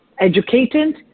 educated